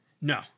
No